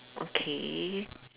okay